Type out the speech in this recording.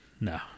No